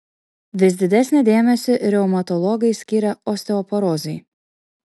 vis didesnį dėmesį reumatologai skiria osteoporozei